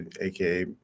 aka